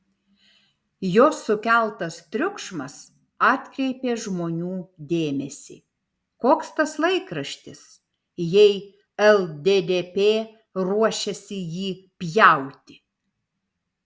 jos sukeltas triukšmas atkreipė žmonių dėmesį koks tas laikraštis jei lddp ruošiasi jį pjauti